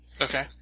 Okay